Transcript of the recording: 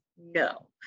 No